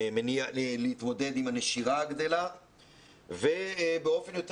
להתמודד עם הנשירה הגדלה ובאופן יותר